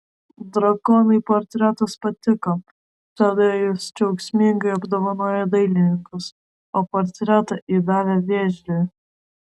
drakonui portretas patiko todėl jis džiaugsmingai apdovanojo dailininkus o portretą įdavė vėžliui